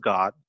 God